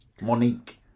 Monique